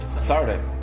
Saturday